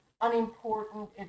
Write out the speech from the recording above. unimportant